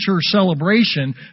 celebration